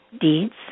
deeds